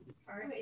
Sorry